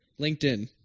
LinkedIn